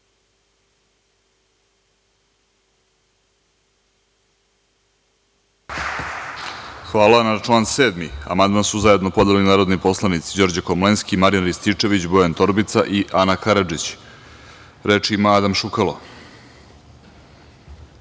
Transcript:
Hvala. Na član 7. amandman su zajedno podneli narodni poslanici Đorđe Komlenski, Marijan Rističević, Bojan Torbica i Ana Karadžić. Reč ima Adam Šukalo.